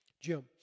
Jim